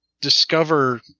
discover